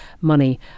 money